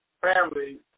family